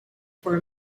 for